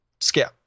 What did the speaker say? skip